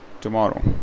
tomorrow